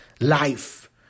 life